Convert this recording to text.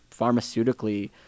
pharmaceutically